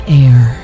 air